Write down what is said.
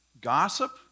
Gossip